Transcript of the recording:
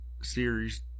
series